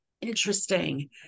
interesting